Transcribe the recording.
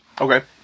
Okay